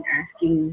asking